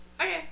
Okay